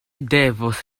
devos